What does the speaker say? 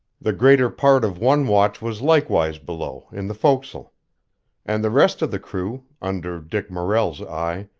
the greater part of one watch was likewise below, in the fo'c's'le and the rest of the crew, under dick morrell's eye,